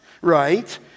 right